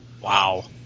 Wow